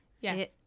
Yes